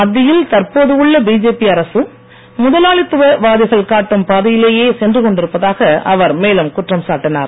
மத்தியில் தற்போது உள்ள பிஜேபி அரசு முதலாளித்துவ வாதிகள் காட்டும் பாதையிலேயே சென்று கொண்டிருப்பதாக அவர் மேலும் குற்றம் சாட்டினார்